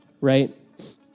right